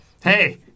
Hey